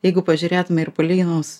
jeigu pažiūrėtume ir palyginus